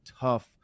tough